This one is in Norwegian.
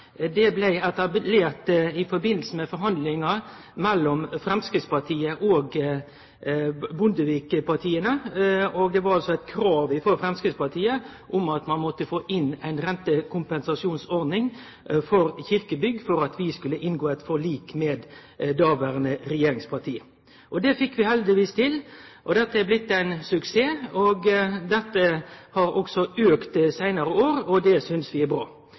blei etablert i samband med forhandlingar mellom Framstegspartiet og Bondevik-partia. Det var eit krav frå Framstegspartiet om at ein måtte få inn ei rentekompensasjonsordning for kyrkjebygg for at vi skulle inngå eit forlik med dei dåverande regjeringspartia. Det fekk vi heldigvis til. Dette er blitt ein suksess. Beløpet har også auka dei seinare åra, og det synest vi er bra.